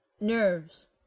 Nerves